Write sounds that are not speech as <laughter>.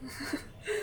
<laughs>